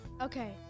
okay